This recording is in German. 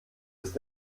ist